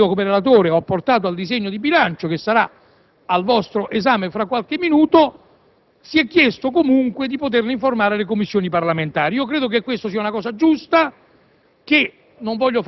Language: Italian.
con un emendamento che come relatore ho apportato al disegno di bilancio, e che sarà al vostro esame fra qualche minuto, ho chiesto comunque di poterne informare le Commissioni parlamentari. Credo che sia una cosa giusta: